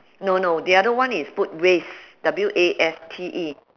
no no the other one is put waste W A S T E